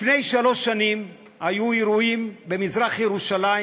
לפני שלוש שנים היו אירועים במזרח-ירושלים,